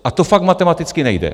A to fakt matematicky nejde.